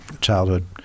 childhood